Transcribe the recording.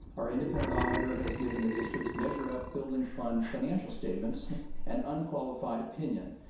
our independent auditor has given the district's measure f building fund financial statements an unqualified opinion,